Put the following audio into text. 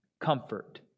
comfort